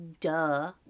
duh